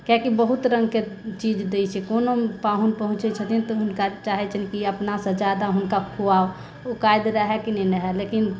कियाकि बहुत रङ्ग के चीज दै छियै कोनो पाहुन पहुँचै छथिन तऽ हुनका चाहै छियनि कि अपनासँ जादा हुनका खुआउ ओकात रहय कि नहि रहय लेकिन